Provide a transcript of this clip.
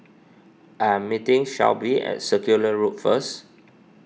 I am meeting Shelbie at Circular Road first